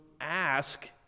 ask